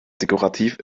dekorativ